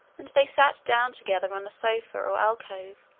and they sat down together on a sofa or alcove.